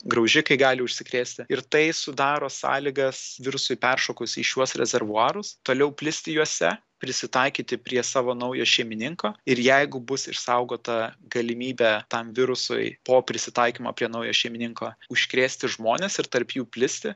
graužikai gali užsikrėsti ir tai sudaro sąlygas virusui peršokus į šiuos rezervuarus toliau plisti juose prisitaikyti prie savo naujo šeimininko ir jeigu bus išsaugota galimybė tam virusui po prisitaikymo prie naujo šeimininko užkrėsti žmones ir tarp jų plisti